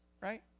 right